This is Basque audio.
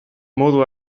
modu